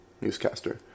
Newscaster